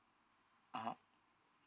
(uh huh)